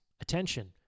attention